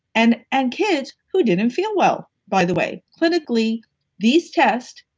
and and kids who didn't feel well, by the way clinically these tests,